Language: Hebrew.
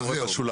בשוליים.